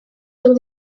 will